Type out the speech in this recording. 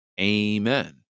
Amen